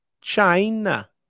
China